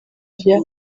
rya